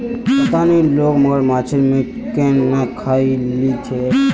पता नी लोग मगरमच्छेर मीट केन न खइ ली छेक